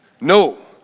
No